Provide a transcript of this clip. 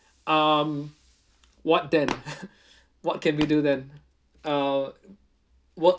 um what then what can we do then uh what